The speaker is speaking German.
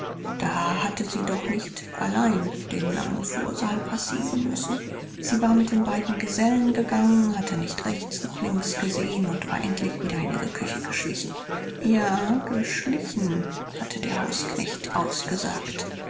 da hatte sie doch nicht allein den langen flursaal passieren müssen sie war mit den beiden gesellen gegangen hatte nicht rechts noch links gesehen und war endlich wieder in ihre küche geschlichen ja geschlichen hatte der hausknecht ausgesagt